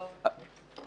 טוב.